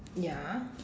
ya